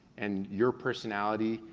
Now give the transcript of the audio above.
and your personality,